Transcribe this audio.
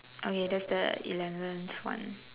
okay that's the eleventh one